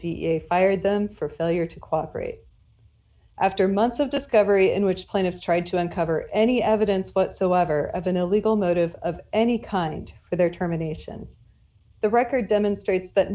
da fired them for failure to cooperate after months of discovery in which plaintiff tried to uncover any evidence whatsoever of an illegal motive of any kind for their terminations the record demonstrates